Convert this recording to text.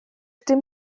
dim